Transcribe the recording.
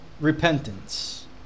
repentance